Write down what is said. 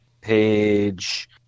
page